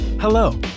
Hello